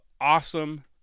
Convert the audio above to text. awesome